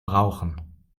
brauchen